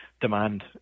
demand